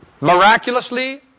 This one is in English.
miraculously